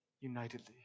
unitedly